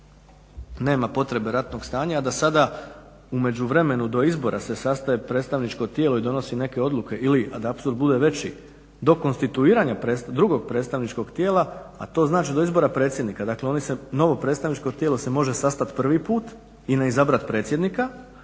Nema potrebe ratnog stanja, a da sada u međuvremenu do izbora se sastaje predstavničko tijelo i donosi neke odluke ili da apsurd bude veći do konstituiranja drugog predstavničkog tijela, a to znači do izbora predsjednika, dakle oni se, novo predstavničko tijelo se može sastati prvi put i ne izabrati predsjednika,